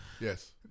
Yes